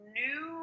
new